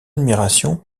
admiration